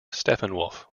steppenwolf